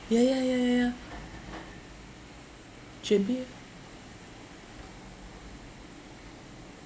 ya ya ya ya ya J_B